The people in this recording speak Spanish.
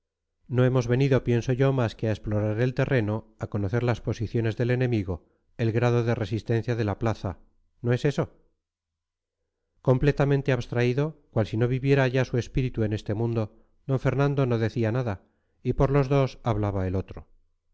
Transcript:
no hemos venido pienso yo más que a explorar el terreno a conocer las posiciones del enemigo el grado de resistencia de la plaza no es eso completamente abstraído cual si no viviera ya su espíritu en este mundo d fernando no decía nada y por los dos hablaba el otro